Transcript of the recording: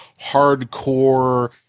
hardcore